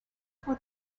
for